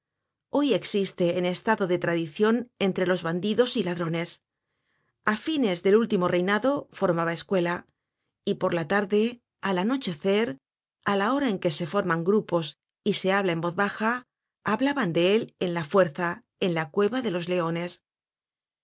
hoy existe en estado de tradicion entre los bandidos y ladrones a fines del último reinado formaba escuela y por la tarde al anochecer á la hora en que se forman grupos y se habla en voz baja hablaban de él en la fuerza en la cueva de los leones